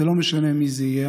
לא משנה מי זה יהיה.